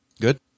Good